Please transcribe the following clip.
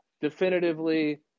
definitively